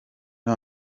com